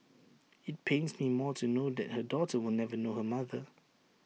IT pains me more to know that her daughter will never know her mother